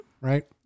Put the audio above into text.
right